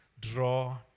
draw